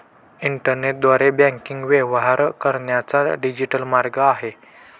इंटरनेटद्वारे बँकिंग व्यवहार करण्याचा डिजिटल मार्ग आहे